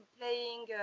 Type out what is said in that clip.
playing